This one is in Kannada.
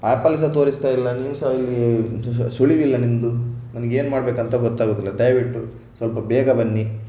ಆ್ಯಪಲ್ಲಿ ಸಹ ತೋರಿಸ್ತಾ ಇಲ್ಲ ನೀವು ಸಹ ಇಲ್ಲಿ ಸುಳಿವಿಲ್ಲ ನಿಮ್ಮದು ನನಗೇನು ಮಾಡಬೇಕಂತ ಗೊತ್ತಾಗೋದಿಲ್ಲ ದಯವಿಟ್ಟು ಸ್ವಲ್ಪ ಬೇಗ ಬನ್ನಿ